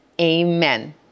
Amen